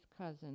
cousin